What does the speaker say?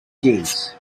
jails